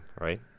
right